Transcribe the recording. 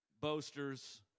boasters